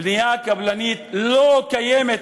בנייה קבלנית לא קיימת,